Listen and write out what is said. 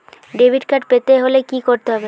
Debit card পেতে হলে কি করতে হবে?